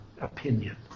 opinion